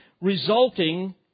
resulting